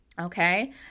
okay